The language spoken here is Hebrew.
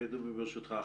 ברשותך.